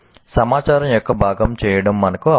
సమాచారం యొక్క భాగం చేయడం మనకు అవసరం